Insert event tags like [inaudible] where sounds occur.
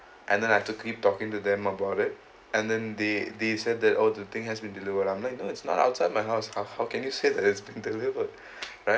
and then I have to keep talking to them about it and then they they said that oh the thing has been delivered I'm like no it's not outside my house how how can you say that is being delivered [breath] right